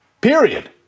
period